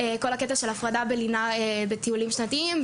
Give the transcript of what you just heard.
כל הקטע של הפרדה בלינה בטיולים שנתיים,